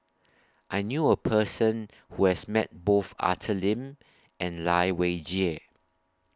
I knew A Person Who has Met Both Arthur Lim and Lai Weijie